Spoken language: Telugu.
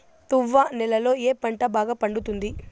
తువ్వ నేలలో ఏ పంట బాగా పండుతుంది?